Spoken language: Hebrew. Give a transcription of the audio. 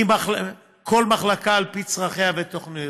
כל מחלקה על פי צרכיה ותוכניותיה.